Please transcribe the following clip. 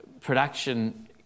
production